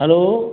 hello